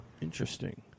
Interesting